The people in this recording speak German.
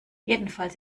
jedenfalls